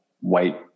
white